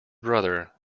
brother